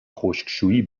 خشکشویی